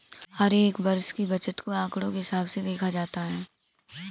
हर एक वर्ष की बचत को आंकडों के हिसाब से देखा जाता है